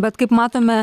bet kaip matome